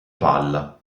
palla